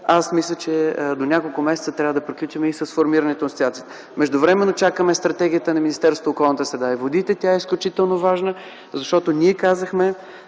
аз мисля, че до няколко месеца трябва да приключим и със сформирането на асоциациите. Междувременно чакаме стратегията на Министерството на околната среда и водите. Тя е изключително важна, защото ние казахме,